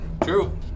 True